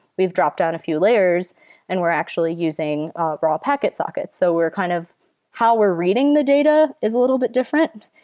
we've dropped down a few layers and we're actually using raw packet sockets. so kind of how we're reading the data is a little bit different.